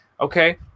Okay